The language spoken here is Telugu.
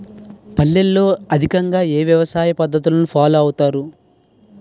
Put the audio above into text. పల్లెల్లో అధికంగా ఏ వ్యవసాయ పద్ధతులను ఫాలో అవతారు?